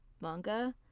manga